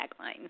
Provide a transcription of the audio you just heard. tagline